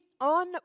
on